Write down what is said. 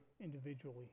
individually